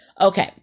Okay